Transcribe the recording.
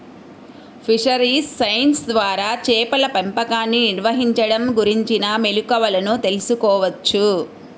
fisheries science ద్వారా చేపల పెంపకాన్ని నిర్వహించడం గురించిన మెళుకువలను తెల్సుకోవచ్చు